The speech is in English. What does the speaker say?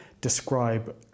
describe